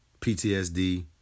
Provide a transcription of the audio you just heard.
PTSD